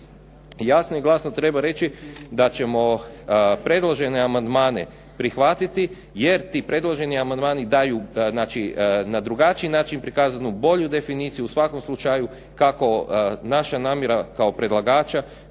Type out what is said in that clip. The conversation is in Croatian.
jasno i glasno treba reći da ćemo predložene amandmane prihvatiti jer ti predloženi amandmani daju na drugačiji način prikazanu bolju definiciju u svakom slučaju kako naša namjera kao predlagača